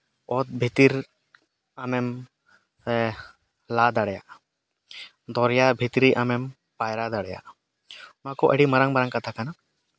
ᱚᱛ ᱵᱷᱤᱛᱤᱨ ᱟᱢᱮᱢ ᱞᱟ ᱫᱟᱲᱮᱭᱟᱜᱼᱟ ᱫᱚᱨᱭᱟ ᱵᱷᱤᱛᱨᱤ ᱟᱢᱮᱢ ᱯᱟᱭᱨᱟ ᱫᱟᱲᱮᱭᱟᱜᱼᱟ ᱚᱱᱟ ᱠᱚ ᱟᱹᱰᱤ ᱢᱟᱨᱟᱝ ᱢᱟᱨᱟᱝ ᱠᱟᱛᱷᱟ ᱠᱟᱱᱟ